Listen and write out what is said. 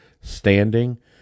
standing